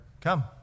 come